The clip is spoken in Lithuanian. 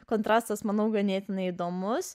kontrastas manau ganėtinai įdomus